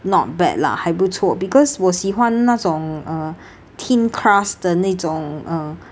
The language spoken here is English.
not bad lah 还不错 because 我喜欢那种 uh thin crust 的那种 uh